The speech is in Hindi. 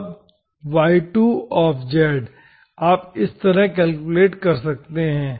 अब y2z इसी तरह आप कैलकुलेट कर सकते हैं